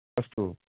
अस्तु